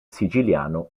siciliano